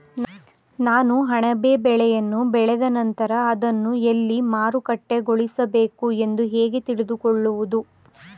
ನಾನು ಅಣಬೆ ಬೆಳೆಯನ್ನು ಬೆಳೆದ ನಂತರ ಅದನ್ನು ಎಲ್ಲಿ ಮಾರುಕಟ್ಟೆಗೊಳಿಸಬೇಕು ಎಂದು ಹೇಗೆ ತಿಳಿದುಕೊಳ್ಳುವುದು?